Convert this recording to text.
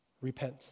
Repent